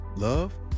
Love